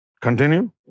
Continue